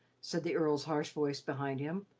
said the earl's harsh voice behind him.